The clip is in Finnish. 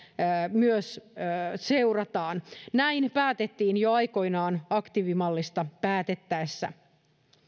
myös seurataan näin päätettiin jo aikoinaan aktiivimallista päätettäessä